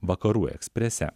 vakarų eksprese